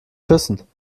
küssen